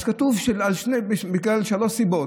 אז כתוב שזה בגלל שלוש סיבות,